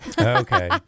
Okay